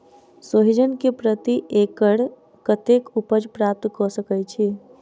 सोहिजन केँ प्रति एकड़ कतेक उपज प्राप्त कऽ सकै छी?